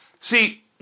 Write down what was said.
See